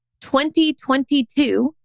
2022